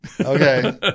Okay